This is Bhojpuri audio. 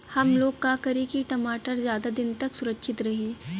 हमलोग का करी की टमाटर ज्यादा दिन तक सुरक्षित रही?